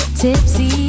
tipsy